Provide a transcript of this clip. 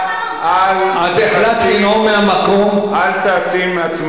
להתכונן לשלום, זו התשובה